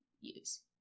use